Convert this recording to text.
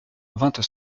vingt